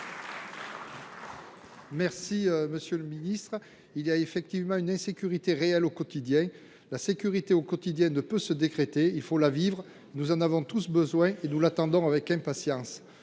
Monsieur le ministre, il y a effectivement une insécurité réelle au quotidien. La sécurité au quotidien ne peut pas se décréter ; il faut la vivre. Nous en avons tous besoin, et nous l’attendons avec impatience.